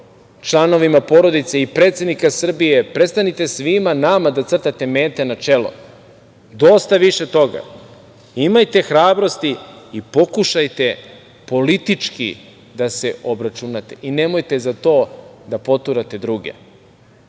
članovima porodice i predsednika Srbije. Prestanite svima nama da crtate mete na čelo. Dosta više toga! Imajte hrabrosti i pokušajte politički da se obračunate i nemojte za to da poturate